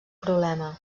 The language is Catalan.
problema